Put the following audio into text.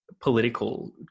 political